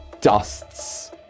dusts